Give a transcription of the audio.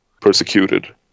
persecuted